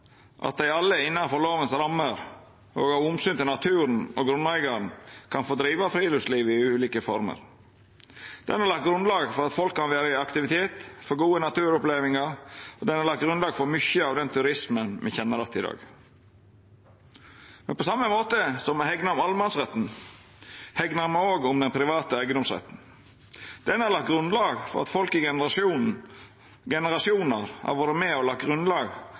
alle innanfor dei rammene lova set, og av omsyn til naturen og grunneigaren, kan få driva friluftsliv i ulike former. Han har lagt grunnlaget for at folk kan vera i aktivitet og få gode naturopplevingar, og han har lagt grunnlaget for mykje av den turismen me kjenner att i dag. Men på same måten som me hegnar om allemannsretten, hegnar me òg om den private eigedomsretten. Han har lagt grunnlaget for at folk i generasjonar har hatt eit sjølvstendig liv, arbeid og